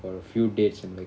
for a few days and like